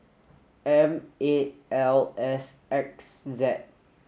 M eight L S X Z